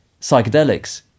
psychedelics